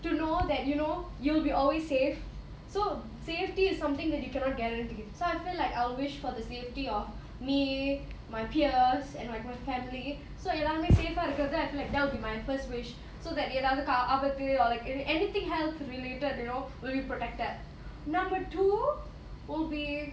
to know that you know you'll be always safe so safety is something that you cannot guarantee so I feel like I wish for the safety of me my peers and like my family so எல்லாருமே:ellarumae safe ah இருக்கறது:irukkaradhu safer because then I feel like that will be my first wish so that எதாவது ஆபத்து:edhavadhu aabatthu or like anything health related you know we will be protected number two will be